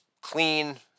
clean